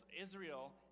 Israel